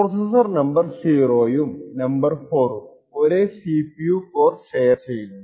processor number 0 ഉം number 4 ഉം ഒരേ CPU കോർ ഷെയർ ചെയ്യുന്നു